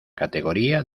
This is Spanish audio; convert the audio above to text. categoría